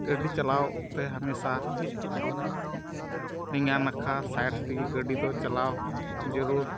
ᱜᱟᱹᱰᱤ ᱪᱟᱞᱟᱣ ᱚᱠᱛᱮ ᱦᱟᱢᱮᱥᱟ ᱞᱮᱸᱜᱟ ᱱᱟᱠᱷᱟ ᱥᱟᱹᱭᱤᱰ ᱛᱮᱜᱮ ᱜᱟᱹᱰᱤ ᱫᱚ ᱪᱟᱞᱟᱣ ᱡᱟᱹᱨᱩᱲ